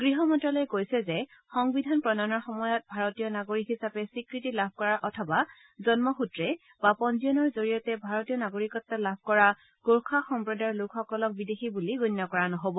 গৃহ মন্তালয়ে কৈছে যে সংবিধান প্ৰণয়নৰ সময়ত ভাৰতীয় নাগৰিক হিচাপে স্বীকৃতি লাভ কৰা অথবা জন্ম সুত্ৰে বা পঞ্জীয়নৰ জৰিয়তে ভাৰতীয় নাগৰিকত্ব লাভ কৰা গোৰ্খা সম্প্ৰদায়ৰ লোকসকলক বিদেশী বুলি গণ্য কৰা নহ'ব